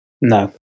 No